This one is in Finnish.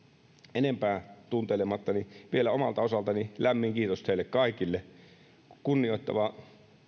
enempää tunteilematta vielä omalta osaltani lämmin kiitos teille kaikille kunnioittavaa